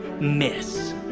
miss